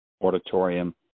auditorium